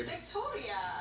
Victoria